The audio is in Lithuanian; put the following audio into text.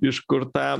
iš kur tą